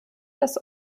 das